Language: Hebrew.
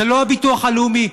זה לא הביטוח הלאומי,